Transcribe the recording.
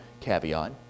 caveat